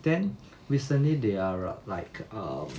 then recently they are like um